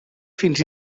fins